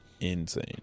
Insane